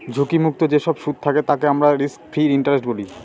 ঝুঁকি মুক্ত যেসব সুদ থাকে তাকে আমরা রিস্ক ফ্রি ইন্টারেস্ট বলি